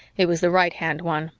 it was the right-hand one.